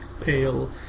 pale